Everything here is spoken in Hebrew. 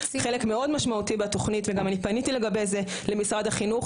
חלק מאוד משמעותי בתוכנית וגם אני פניתי לגבי זה למשרד החינוך,